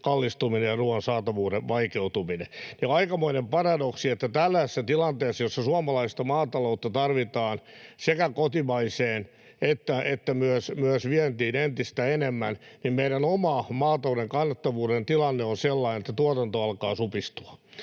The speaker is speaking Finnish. kallistuminen ja ruuan saatavuuden vaikeutuminen — niin tällaisessa tilanteessa, jossa suomalaista maataloutta tarvitaan sekä kotimaiseen että myös vientiin entistä enemmän, meidän oman maatalouden kannattavuuden tilanne on sellainen, että tuotanto alkaa supistua.